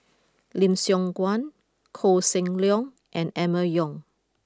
Lim Siong Guan Koh Seng Leong and Emma Yong